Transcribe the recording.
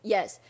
Yes